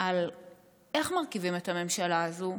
על איך מרכיבים את הממשלה הזאת,